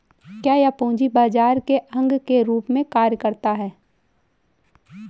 क्या यह पूंजी बाजार के अंग के रूप में कार्य करता है?